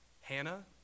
Hannah